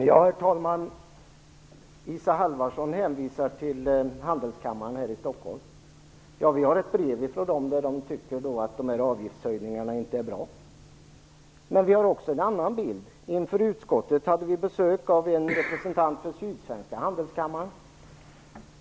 Herr talman! Isa Halvarsson hänvisar till handelskammaren här i Stockholm. Vi har ett brev från den. Man säger där att man tycker att avgiftshöjningarna inte är bra. Men vi har också fått en annan bild. I utskottet hade vi besök av en representant för den sydsvenska handelskammaren.